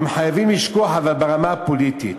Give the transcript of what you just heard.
הם חייבים לשכוח ברמה הפוליטית,